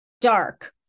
dark